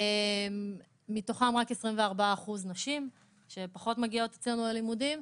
מתוכם רק 24% נשים שפחות מגיעות אצלנו ללימודים.